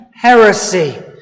heresy